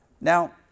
Now